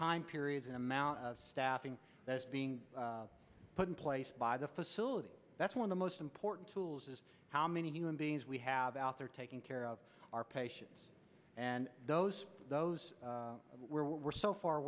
time periods amount of staffing that's being put in place by the facility that's one of the most important tools is how many human beings we have out there taking care of our patients and those those where we're so far